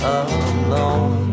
alone